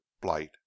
blight